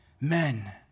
Men